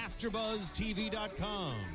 AfterBuzzTV.com